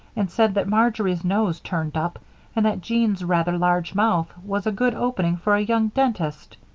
and said that marjory's nose turned up and that jean's rather large mouth was a good opening for a young dentist.